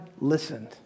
listened